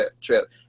trip